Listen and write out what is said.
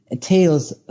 tales